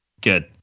Good